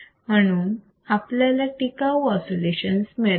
म्हणून आपल्याला टिकाऊ ऑसिलेशन मिळतात